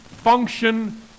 Function